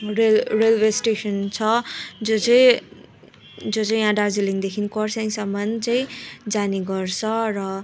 rail railway station छ जो चाहिँ जो चाहिँ यहाँ दार्जिलिङदेखि खरसाङसम्म चाहिँ जाने गर्छ र